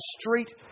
street